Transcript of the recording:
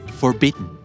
forbidden